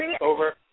over